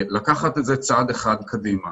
לקחת את זה צעד אחד קדימה